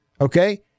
Okay